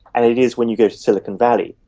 and it is when you go to silicon valley.